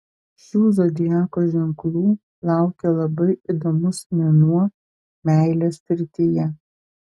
šių zodiako ženklų laukia labai įdomus mėnuo meilės srityje